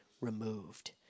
removed